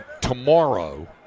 tomorrow